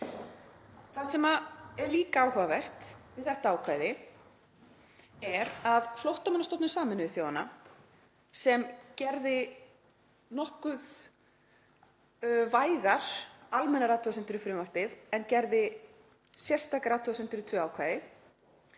Það sem er líka áhugavert við þetta ákvæði er að Flóttamannastofnun Sameinuðu þjóðanna, sem gerði nokkuð vægar almennar athugasemdir við frumvarpið, en gerði sérstakar athugasemdir við tvö ákvæði,